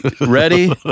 ready